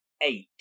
eight